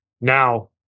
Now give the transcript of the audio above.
Now